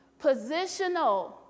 Positional